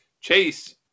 Chase